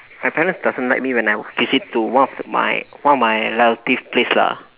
my parents doesn't like me when I visit to one of my one of my relative place lah